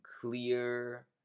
clear